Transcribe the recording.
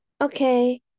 Okay